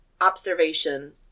observation